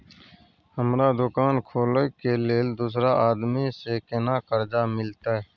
हमरा दुकान खोले के लेल दूसरा आदमी से केना कर्जा मिलते?